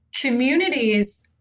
communities